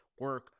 Work